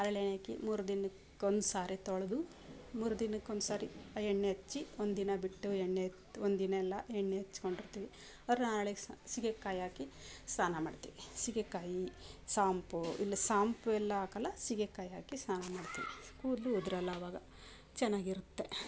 ಹರಳೆಣ್ಣೆ ಹಾಕಿ ಮೂರು ದಿನಕ್ಕೊಂದುಸಾರಿ ತೊಳೆದು ಮೂರು ದಿನಕ್ಕೊಂದುಸಾರಿ ಆ ಎಣ್ಣೆ ಹಚ್ಚಿ ಒಂದು ದಿನ ಬಿಟ್ಟು ಎಣ್ಣೆ ಒಂದು ದಿನ ಎಲ್ಲ ಎಣ್ಣೆ ಹಚ್ಕೊಂಡಿರ್ತಿವಿ ಸೀಗೆಕಾಯಿ ಹಾಕಿ ಸ್ನಾನ ಮಾಡ್ತೀವಿ ಸೀಗೆಕಾಯಿ ಸಾಂಪೂ ಇಲ್ಲ ಸಾಂಪೂ ಎಲ್ಲ ಹಾಕಲ್ಲ ಸೀಗೆಕಾಯಿ ಹಾಕಿ ಸ್ನಾನ ಮಾಡ್ತೀವಿ ಕೂದಲು ಉದರಲ್ಲ ಆವಾಗ ಚೆನ್ನಾಗಿರುತ್ತೆ